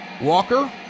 Walker